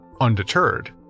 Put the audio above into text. Undeterred